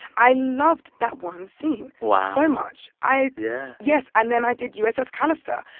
i loved that one scene. wow. so much. i. yeah yes. and then i did uss callister,